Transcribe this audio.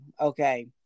Okay